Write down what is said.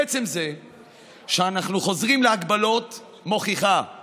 עצם זה שאנחנו חוזרים להגבלות מוכיח כי